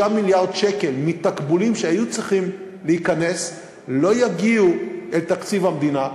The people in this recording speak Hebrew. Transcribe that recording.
5 מיליארד שקל מתקבולים שהיו צריכים להיכנס לא יגיעו אל תקציב המדינה.